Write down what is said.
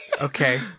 Okay